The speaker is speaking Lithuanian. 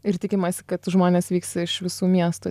ir tikimasi kad žmonės vyks iš visų miestų